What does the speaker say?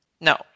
No